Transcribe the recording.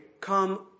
come